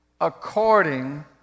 according